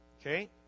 Okay